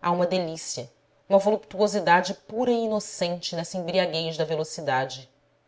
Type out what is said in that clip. há uma delícia uma volup tuosidade pura e inocente nessa embriaguez da velocidade